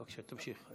בבקשה, תמשיך.